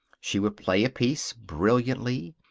she would play a piece, brilliantly,